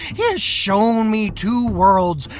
he has shown me two worlds.